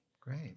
Great